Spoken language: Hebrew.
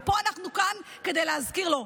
ואנחנו כאן כדי להזכיר לו,